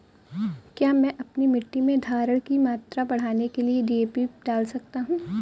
क्या मैं अपनी मिट्टी में धारण की मात्रा बढ़ाने के लिए डी.ए.पी डाल सकता हूँ?